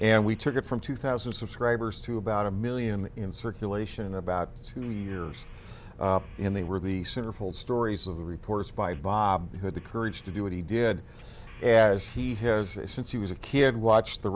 and we took it from two thousand subscribers to about a million in circulation about two years in they were the centerfold stories of the reporters by bob who had the courage to do what he did as he has since he was a kid watched the